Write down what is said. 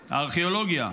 הארכיאולוגיה,